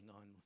on